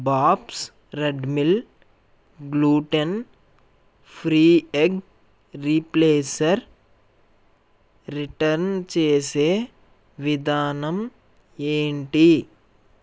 Bob's red mill gluten free egg replacer return చేసే విధానం ఏంటి